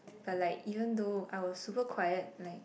but like even though I was super quite like